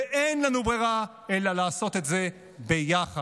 אין לנו ברירה אלא לעשות זאת ביחד.